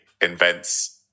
invents